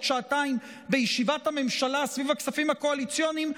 שעתיים בישיבת הממשלה סביב הכספים הקואליציוניים,